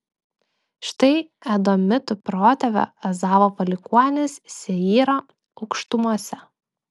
štai edomitų protėvio ezavo palikuonys seyro aukštumose